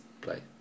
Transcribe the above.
play